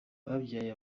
babyaye